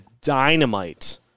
dynamite